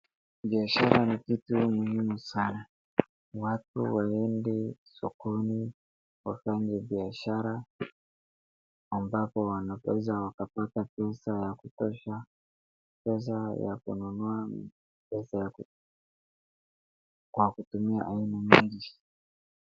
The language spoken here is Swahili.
Biashara ni kitu muhimu sana. Watu waende sokoni, wafanye biashara ambapo wanaweza wakapata pesa ya kutosha, pesa ya kununua, pesa ya kutumia aina mingi.